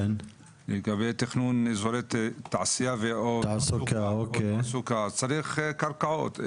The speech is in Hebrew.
לגבי תכנון אזורי תעשייה ותעסוקה, אז צריך קרקעות.